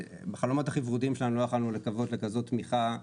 בחלומות הכי ורודים שלנו לא יכלנו לקוות לכזאת תמיכה.